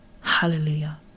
Hallelujah